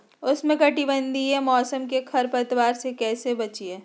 उष्णकटिबंधीय मौसम में खरपतवार से कैसे बचिये?